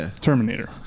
Terminator